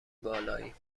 بالاییم